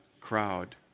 crowd